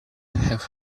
have